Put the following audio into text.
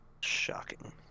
shocking